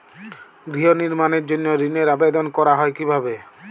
গৃহ নির্মাণের জন্য ঋণের আবেদন করা হয় কিভাবে?